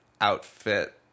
outfit